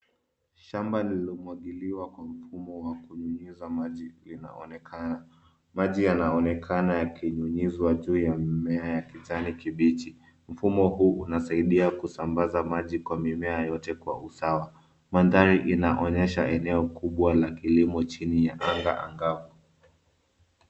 Shamba lililomwagiliwa kwa mfumo wa kunyunyuza maji linaonekana. Maji yanaonekana yakinyunyiziwa juu ya mimea ya kijani kibichi. Mfumo huu unasaidia kusambaza maji kwa mimea yote kwa usawa. Mandhari inaonyesha eneo kubwa ya kilimo chini ya anga angavu.